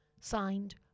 Signed